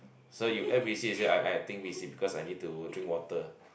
so you act busy you say I I think busy because I need to drink water